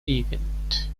event